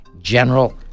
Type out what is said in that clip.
general